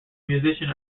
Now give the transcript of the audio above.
musician